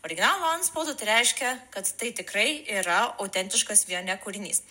originalo antspaudu tai reiškia kad tai tikrai yra autentiškas vione kūrinys